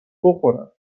بخورم